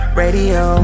radio